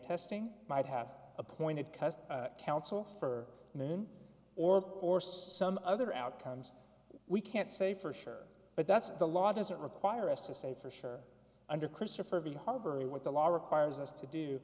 testing might have appointed because counsel for men or or some other outcomes we can't say for sure but that's the law doesn't require us to say for sure under christopher v harbury what the law requires us to do